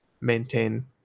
maintain